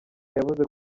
yavuze